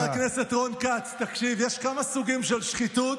חבר הכנסת רון כץ, תקשיב, יש כמה סוגים של שחיתות,